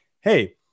Hey